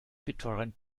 bittorrent